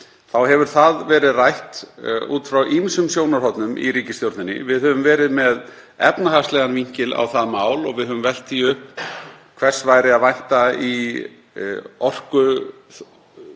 þá hefur það verið rætt út frá ýmsum sjónarhornum í ríkisstjórninni. Við höfum verið með efnahagslegan vinkil á það mál og við höfum velt því upp hvers væri að vænta í orkumálum.